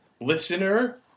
listener